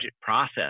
process